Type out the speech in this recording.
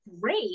great